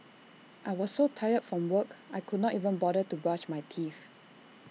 I was so tired from work I could not even bother to brush my teeth